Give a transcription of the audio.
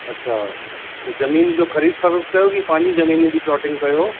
अच्छा त ज़मीन जो ख़रीद फ़रोक्त कयो कि पंहिंजी ज़मीन जी प्लोटिंग कयो